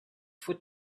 for